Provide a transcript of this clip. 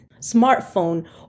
smartphone